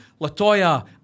LaToya